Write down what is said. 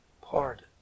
pardon